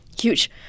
huge